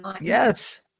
Yes